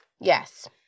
Yes